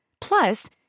Plus